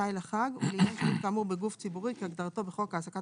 שי לחג ולעניין שירות כאמור בגוף ציבורי כהגדרתו בחוק העסקת